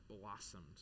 blossomed